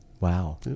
Wow